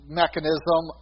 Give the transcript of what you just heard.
mechanism